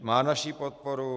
Má naši podporu.